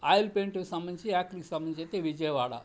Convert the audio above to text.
oil paint సంబంధించి యాక్ని సంబంధించి అయితే విజయవాడ